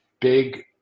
big